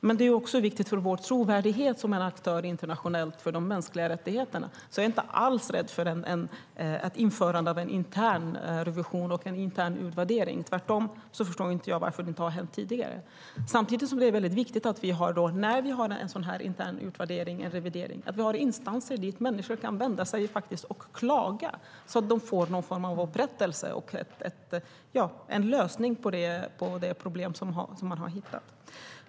Men det är också viktigt för vår trovärdighet som en aktör internationellt för de mänskliga rättigheterna. Jag är inte alls rädd för ett införande av en intern revision och en intern utvärdering. Tvärtom förstår jag inte varför det inte har hänt tidigare. Samtidigt är det viktigt att vi, när vi har en sådan här intern utvärdering och en revidering, har instanser dit människor kan vända sig och klaga, så att de får någon form av upprättelse och en lösning på det problem som man har hittat.